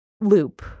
loop